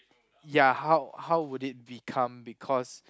ya how how would it become because